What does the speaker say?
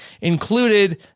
included